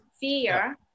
fear